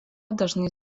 dažnai